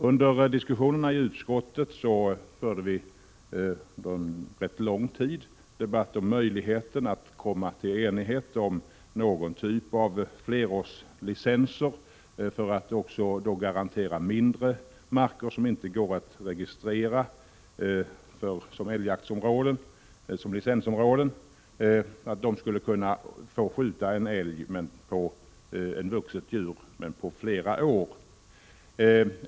Under diskussionerna i utskottet försökte vi under lång tid att bli eniga om någon typ av flerårslicenser för att också mindre marker, som inte går att registrera, skulle kunna garanteras som älgjaktsområden, licensområden. Det skulle innebära ett system som medger tilldelning av ett vuxet djur under en period av två eller flera år.